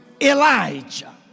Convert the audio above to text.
Elijah